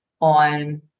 on